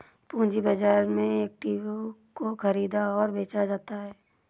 पूंजी बाजार में इक्विटी को ख़रीदा और बेचा जाता है